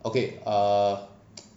okay err